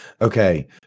Okay